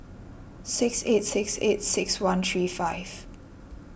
six eight six eight six one three five